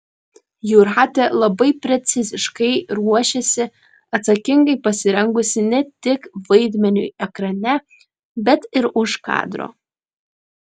jūratė labai preciziškai ruošiasi atsakingai pasirengusi ne tik vaidmeniui ekrane bet ir už kadro